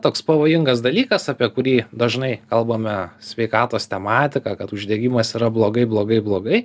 toks pavojingas dalykas apie kurį dažnai kalbame sveikatos tematika kad uždegimas yra blogai blogai blogai